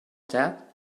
that